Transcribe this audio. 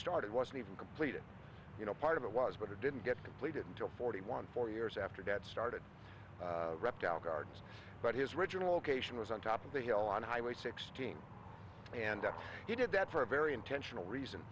start it wasn't even completed you know part of it was but it didn't get completed until forty one four years after that started reptile gardens but his original location was on top of the hill on highway sixteen and he did that for a very intentional reason